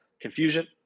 confusion